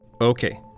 Okay